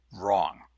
wrong